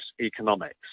Economics